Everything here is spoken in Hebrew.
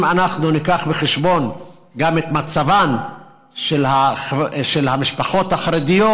אם אנחנו נביא בחשבון גם את מצבן של המשפחות החרדיות,